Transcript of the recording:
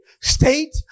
state